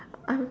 um